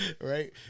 Right